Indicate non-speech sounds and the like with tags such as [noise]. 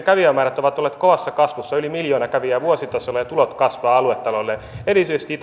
[unintelligible] kävijämäärät ovat olleet kovassa kasvussa yli miljoona kävijää vuositasolla ja tulot kasvavat aluetaloudelle erityisesti [unintelligible]